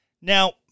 Now